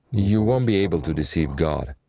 you won't be able to deceive god,